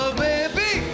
baby